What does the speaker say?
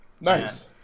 Nice